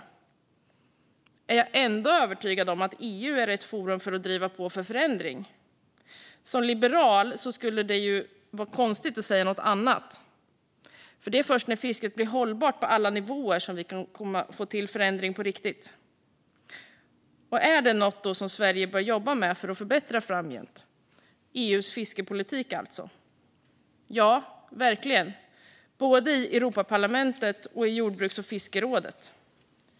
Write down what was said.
Är jag ändå övertygad om att EU är rätt forum för att driva på för förändring? För mig som liberal vore det konstigt att säga något annat. Det är nämligen först när fisket blir hållbart på alla nivåer som vi kan få till förändring på riktigt. Är EU:s fiskeripolitik något som Sverige bör jobba med för att förbättra framgent? Ja, verkligen, både i Europaparlamentet och i jordbruks och fiskerådet.